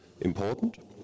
important